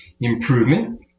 improvement